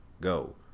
go